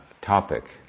topic